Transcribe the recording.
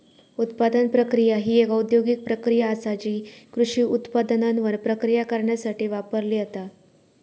उत्पादन प्रक्रिया ही एक औद्योगिक प्रक्रिया आसा जी कृषी उत्पादनांवर प्रक्रिया करण्यासाठी वापरली जाता